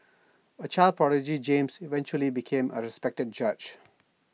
A child prodigy James eventually became A respected judge